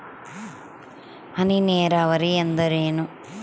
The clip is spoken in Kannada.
ಹನಿ ನೇರಾವರಿ ಎಂದರೇನು?